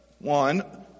one